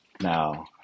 Now